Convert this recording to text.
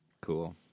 Cool